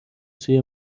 سوی